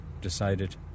decided